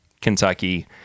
Kentucky